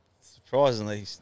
surprisingly